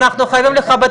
בהתאם להוראות